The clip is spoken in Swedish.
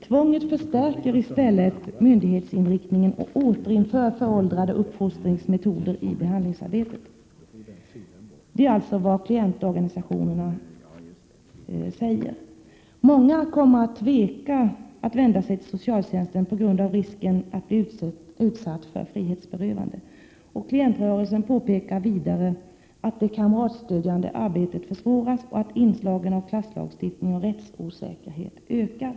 Tvånget förstärker i stället myndighetsinriktningen och återinför föråldrade uppfostringsmetoder i behandlingsarbetet. Många kommer att tveka att vända sig till socialtjänsten på grund av risken att utsättas för frihetsberövande. Klientrörelsen pekar vidare på att det kamratstödjande arbetet försvåras och inslagen av klasslagstiftning och rättsosäkerhet ökar.